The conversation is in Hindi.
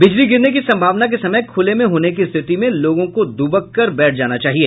बिजली गिरने की संभावना के समय खूले में होने की स्थिति में लोगों को दुबक कर बैठ जाना चाहिए